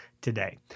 today